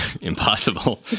impossible